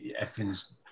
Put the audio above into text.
everything's